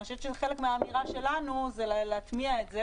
אני חושבת שחלק מהאמירה שלנו זה להטמיע את זה,